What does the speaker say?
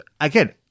again